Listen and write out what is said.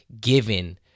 given